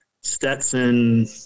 Stetson